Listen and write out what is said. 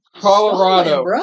Colorado